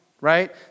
right